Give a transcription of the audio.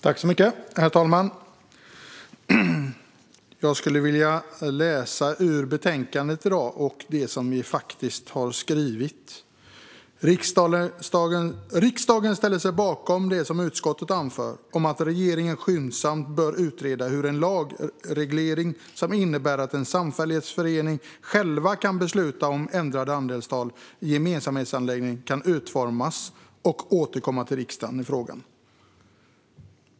Herr talman! Jag vill i dag läsa upp vad vi faktiskt har skrivit i betänkandet: "Riksdagen ställer sig bakom det som utskottet anför om att regeringen skyndsamt bör utreda hur en lagreglering som innebär att en samfällighetsförening själv kan besluta om ändrade andelstal i en gemensamhetsanläggning kan utformas och återkomma till riksdagen i frågan."